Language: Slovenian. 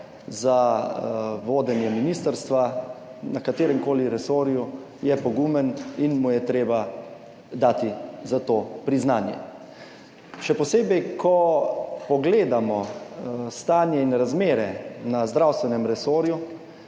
za vodenje ministrstva na kateremkoli resorju, je pogumen in mu je treba dati za to priznanje, še posebej, ko pogledamo stanje in razmere na zdravstvenem resorju,